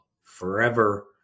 forever